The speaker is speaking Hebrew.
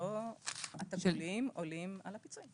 שבו התגמולים עולים על הפיצויים.